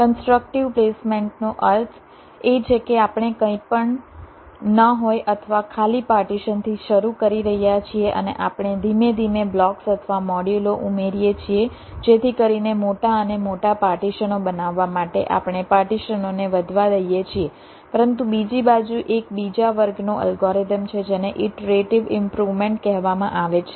constructive પ્લેસમેન્ટનો અર્થ એ છે કે આપણે કંઈપણ ન હોય અથવા ખાલી પાર્ટીશનથી શરૂ કરી રહ્યા છીએ અને આપણે ધીમે ધીમે બ્લોક્સ અથવા મોડ્યુલો ઉમેરીએ છીએ જેથી કરીને મોટા અને મોટા પાર્ટીશનો બનાવવા માટે આપણે પાર્ટીશનોને વધવા દઈએ છીએ પરંતુ બીજી બાજુ એક બીજા વર્ગનો અલ્ગોરિધમ છે જેને ઈટરેટિવ ઈમ્પ્રુવમેન્ટ કહેવામાં આવે છે